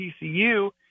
TCU